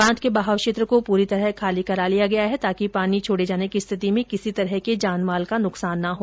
बांध के बहाव क्षेत्र को पूरी तरह खाली करा लिया गया है ताकि पानी छोड़े जाने की स्थिति में किसी तरह के जानमाल का नुकसान न हो